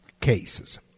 cases